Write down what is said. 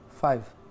Five